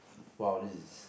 !wah! this is